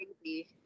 crazy